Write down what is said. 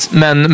men